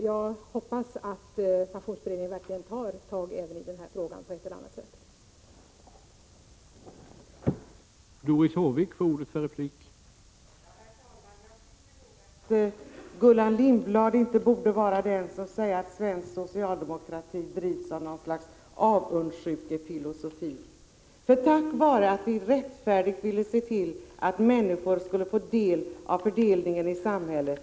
Jag hoppas att pensionsberedningen verkligen vill ta tag i denna fråga på ett eller annat sätt.